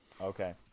Okay